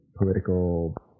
political